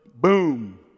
boom